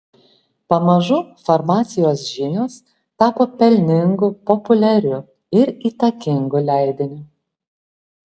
pamažu farmacijos žinios tapo pelningu populiariu ir įtakingu leidiniu